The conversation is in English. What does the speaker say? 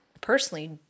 personally